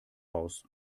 aus